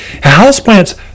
Houseplants